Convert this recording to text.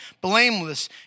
blameless